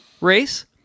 race